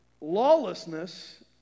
lawlessness